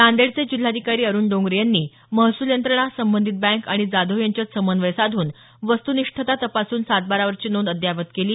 नांदेडचे जिल्हाधिकारी अरुण डोंगरे यांनी महसूल यंत्रणा संबंधित बँक आणि जाधव यांच्यात समन्वय साधून वस्तुनिष्ठता तपासून सातबारावरची नोंद अद्ययावत केली